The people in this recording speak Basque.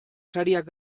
sariak